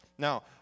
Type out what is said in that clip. Now